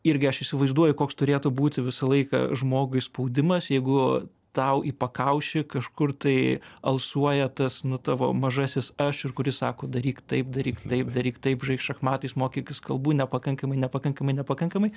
irgi aš įsivaizduoju koks turėtų būti visą laiką žmogui spaudimas jeigu tau į pakaušį kažkur tai alsuoja tas nu tavo mažasis aš ir kuris sako daryk taip daryk taip daryk taip žaisk šachmatais mokykis kalbų nepakankamai nepakankamai nepakankamai